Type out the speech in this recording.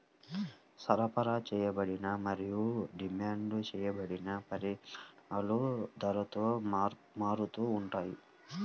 సరఫరా చేయబడిన మరియు డిమాండ్ చేయబడిన పరిమాణాలు ధరతో మారుతూ ఉంటాయి